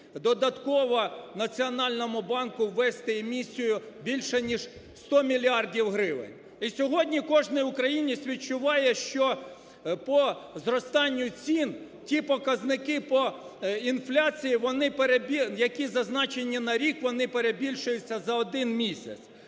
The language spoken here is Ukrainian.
додатково Національному банку ввести емісію більше ніж 100 мільярдів гривень. І сьогодні кожен українець відчуває, що по зростанню цін ті показники по інфляції, які зазначені на рік, вони перебільшуються за один місяць.